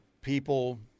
people